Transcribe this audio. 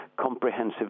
comprehensive